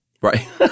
Right